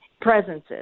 presences